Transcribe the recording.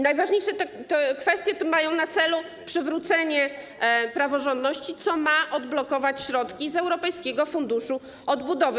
Najważniejsze kwestie mają tu na celu przywrócenie praworządności, co ma odblokować środki z europejskiego Funduszu Odbudowy.